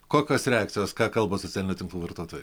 kokios reakcijos ką kalba socialinių tinklų vartotojai